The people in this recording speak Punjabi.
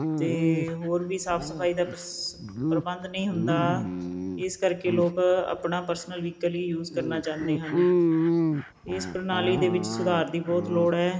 ਅਤੇ ਹੋਰ ਵੀ ਸਾਫ ਸਫਾਈ ਦਾ ਪਸ ਪ੍ਰਬੰਧ ਨਹੀਂ ਹੁੰਦਾ ਇਸ ਕਰਕੇ ਲੋਕ ਆਪਣਾ ਪਰਸਨਲ ਵਹੀਕਲ ਹੀ ਯੂਜ਼ ਕਰਨਾ ਚਾਹੁੰਦੇ ਹਨ ਇਸ ਪ੍ਰਣਾਲੀ ਦੇ ਵਿੱਚ ਸੁਧਾਰ ਦੀ ਬਹੁਤ ਲੋੜ ਹੈ